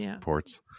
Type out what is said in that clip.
ports